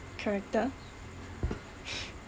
character